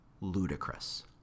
ludicrous